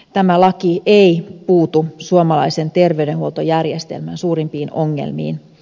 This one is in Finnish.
tämä laki ei puutu suomalaisen terveydenhuoltojärjestelmän suurimpiin ongelmiin